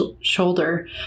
shoulder